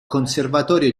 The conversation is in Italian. conservatorio